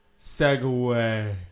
segue